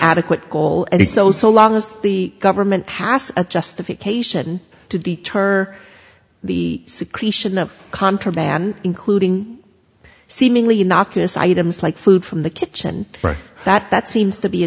adequate goal and so so long as the government has a justification to deter the secretion of contraband including seemingly innocuous items like food from the kitchen right that that seems to be a